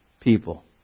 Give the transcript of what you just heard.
people